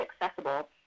accessible